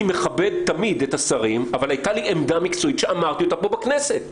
מכבד תמיד את השרים אבל היתה לי עמדה מקצועית שאמרתי אותה פה בכנסת.